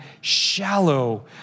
shallow